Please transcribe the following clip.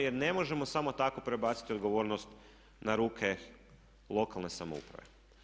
Jer ne možemo samo tako prebaciti odgovornost na ruke lokalne samouprave.